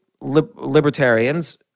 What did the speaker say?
libertarians